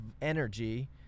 energy